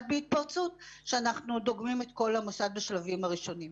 בהתפרצות כשאנחנו דוגמים את כל המוסד בשלבים הראשוניים.